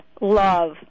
love